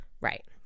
Right